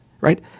right